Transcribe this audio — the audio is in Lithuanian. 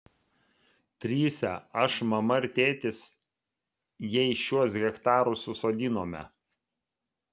trise aš mama ir tėtis jais šiuos hektarus užsodinome